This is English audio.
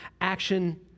action